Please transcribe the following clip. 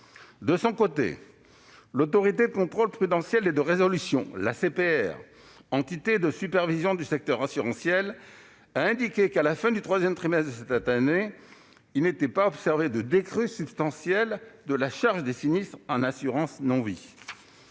De son côté, l'Autorité de contrôle prudentiel et de résolution, l'ACPR, entité de supervision du secteur assurantiel, a indiqué que, à la fin du troisième trimestre de cette année, il n'était pas observé de décrue substantielle de la charge des sinistres en assurance non-vie,